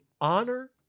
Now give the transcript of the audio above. honor